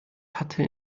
hatte